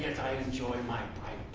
enjoy my life.